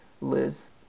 Liz